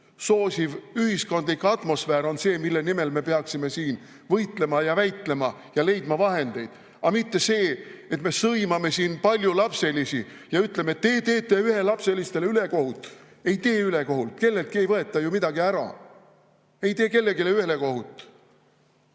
soosiv ühiskondlik atmosfäär on see, mille nimel me peaksime siin võitlema ja väitlema ja leidma vahendeid. Aga mitte see, et me sõimame siin paljulapselisi ja ütleme, et te teete ühelapselistele ülekohut. Ei tee ülekohut, kelleltki ei võeta ju midagi ära. Ei tee kellelegi ülekohut.